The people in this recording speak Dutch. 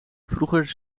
vroeger